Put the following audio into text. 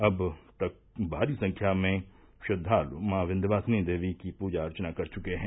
अब तक भारी संख्या में श्रद्वालु मॉ विन्ध्यवासिनी देवी की पूजा अर्चना कर चुके हैं